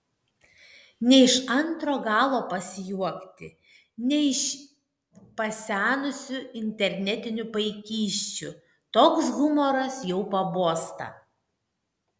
ne iš antro galo pasijuokti ne iš pasenusių internetinių paikysčių toks humoras jau pabosta